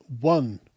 one